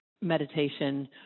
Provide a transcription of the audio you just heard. meditation